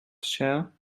share